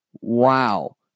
Wow